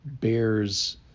bears